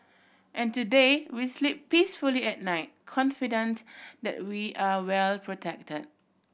and today we sleep peacefully at night confident that we are well protect